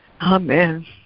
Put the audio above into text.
Amen